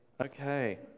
Okay